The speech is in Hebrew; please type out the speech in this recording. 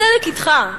הצדק אתך,